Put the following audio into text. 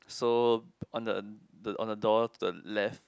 so on the on the door to the left